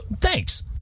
Thanks